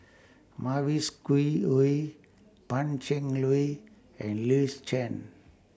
Mavis Khoo Oei Pan Cheng Lui and Louis Chen